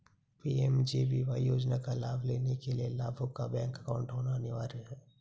PMJBY योजना का लाभ लेने के लिया लाभुक का बैंक अकाउंट होना अनिवार्य है